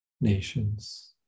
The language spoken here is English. nations